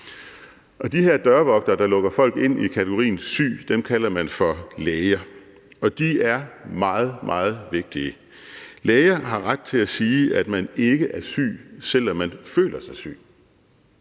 syg. De her dørvogtere, der lukker folk ind i kategorien syg, kalder man for læger – og de er meget, meget vigtige. Læger har ret til at sige, at man ikke er syg, selv om man føler sig syg,